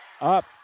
Up